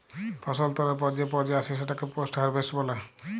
ফসল তোলার পর যে পর্যা আসে সেটাকে পোস্ট হারভেস্ট বলে